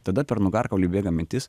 tada per nugarkaulį bėga mintis